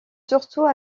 surtout